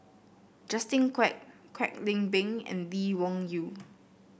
Justin Quek Kwek Leng Beng and Lee Wung Yew